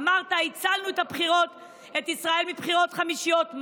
אמרת: הצלנו את ישראל מבחירות חמישיות,